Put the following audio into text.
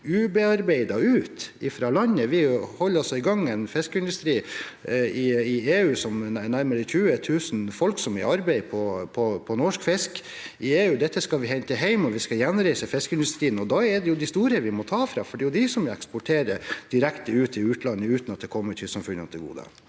ubearbeidet ut av landet. Vi holder altså i gang en fiskeindustri i EU med nærmere 20 000 folk som arbeider med norsk fisk. Dette skal vi hente hjem, og vi skal gjenreise fiskeindustrien. Da er det de store vi må ta fra, for det er de som eksporterer direkte ut til utlandet uten at det kommer kystsamfunnene til gode.